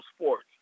sports